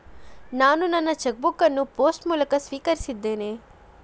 ನಾನು ನನ್ನ cheque book ಅನ್ನು ಪೋಸ್ಟ್ ಮೂಲಕ ಸ್ವೀಕರಿಸಿದ್ದೇನೆ